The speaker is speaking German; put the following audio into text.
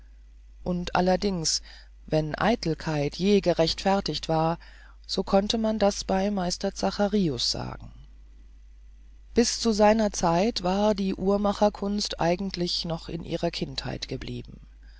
und allerdings wenn eitelkeit je gerechtfertigt war so konnte man das bei meister zacharius sagen bis zu seiner zeit war die uhrmacherkunst eigentlich noch in ihrer kindheit geblieben